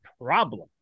problem